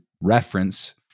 reference